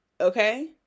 Okay